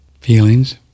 feelings